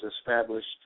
established